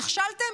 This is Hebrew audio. נכשלתם.